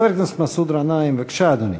חבר הכנסת מסעוד גנאים, בבקשה, אדוני.